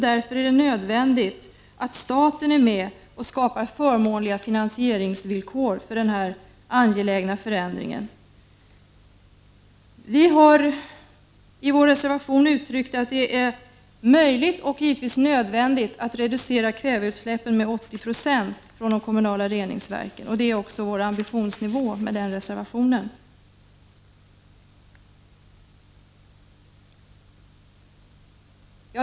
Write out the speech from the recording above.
Därför är det nödvändigt att staten är med och skapar förmånliga finansieringsvillkor för denna angelägna förändring. I vår reservation har vi uttryckt att det är möjligt och givetvis nödvändigt att reducera kväveutsläppen från de kommunala reningsverken med 80 90. Det är också vår ambitionsnivå i den reservationen.